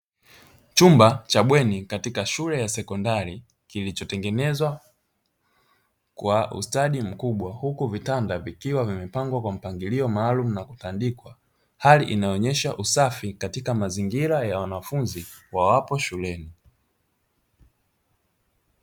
Chumba cha bweni katika shule ya sekondari kilichotengenezwa kwa ustadi mkubwa, huku vitanda vikiwa vimepangwa kwa mpangilio maalumu na kutandikwa. Hali inaonyesha usafi katika mazingira ya wanafunzi wawapo shuleni.